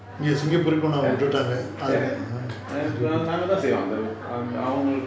ya ya ya நாங்க தான் செய்வோம் அந்த:nanga than seivom antha